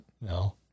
No